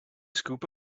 scoop